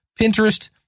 Pinterest